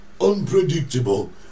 unpredictable